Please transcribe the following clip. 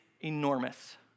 enormous